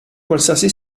qualsiasi